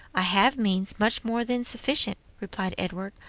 i have means, much more than sufficient, replied edward,